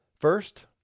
first